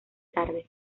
tarde